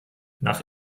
nach